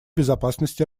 безопасность